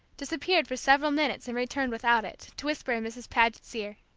disappeared for several minutes, and returned without it, to whisper in mrs. paget's ear.